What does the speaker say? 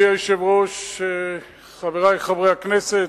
אדוני היושב-ראש, חברי חברי הכנסת,